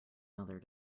mother